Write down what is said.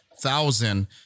thousand